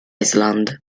island